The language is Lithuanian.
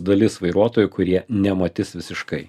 dalis vairuotojų kurie nematys visiškai